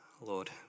Lord